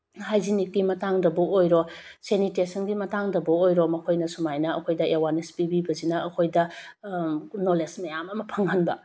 ꯍꯥꯏꯖꯤꯅꯤꯛꯀꯤ ꯃꯇꯥꯡꯗꯕꯨ ꯑꯣꯏꯔꯣ ꯁꯦꯅꯤꯇꯦꯁꯟ ꯃꯇꯥꯡꯗꯕꯨ ꯑꯣꯏꯔꯣ ꯃꯈꯣꯏꯅ ꯁꯨꯃꯥꯏꯅ ꯑꯩꯈꯣꯏꯗ ꯑꯋꯦꯔꯅꯦꯁ ꯄꯤꯕꯤꯕꯁꯤꯅ ꯑꯩꯈꯣꯏꯗ ꯅꯣꯂꯦꯖ ꯃꯌꯥꯝ ꯑꯃ ꯐꯪꯍꯟꯕ